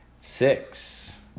Six